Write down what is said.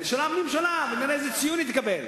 של הממשלה, ונראה איזה ציון היא תקבל.